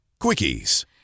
Quickies